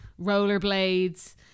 rollerblades